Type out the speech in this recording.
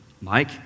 Mike